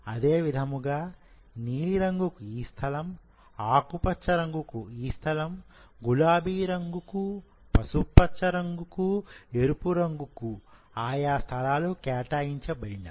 అదే విధముగా నీలి రంగుకు ఈ స్థలం ఆకుపచ్చ రంగుకు ఈ స్థలం గులాబీ రంగుకు పసుపు పచ్చ రంగుకు ఎరుపు రంగుకు ఆయా స్థలాలు కేటాయించబడినవి